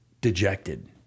dejected